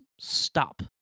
stop